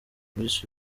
miss